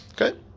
okay